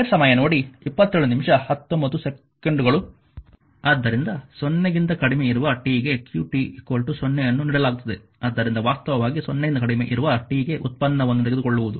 ಆದ್ದರಿಂದ 0 ಗಿಂತ ಕಡಿಮೆ ಇರುವ t ಗೆ qt 0 ಅನ್ನು ನೀಡಲಾಗುತ್ತದೆ ಆದ್ದರಿಂದ ವಾಸ್ತವವಾಗಿ 0 ಗಿಂತ ಕಡಿಮೆ ಇರುವ t ಗೆ ವ್ಯುತ್ಪನ್ನವನ್ನು ತೆಗೆದುಕೊಳ್ಳುವುದು